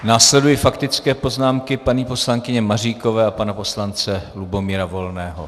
Následují faktické poznámky, paní poslankyně Maříkové a pana poslance Lubomíra Volného.